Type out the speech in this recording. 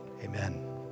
Amen